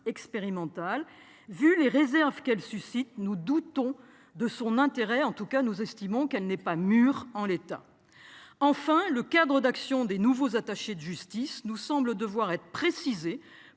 Compte tenu des réserves qu'elle suscite, nous doutons de son intérêt. À tout le moins, nous estimons qu'elle n'est pas mûre en l'état. Enfin, le cadre d'action des nouveaux attachés de justice nous semble devoir être précisé,